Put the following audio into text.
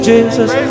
Jesus